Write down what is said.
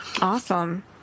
Awesome